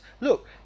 look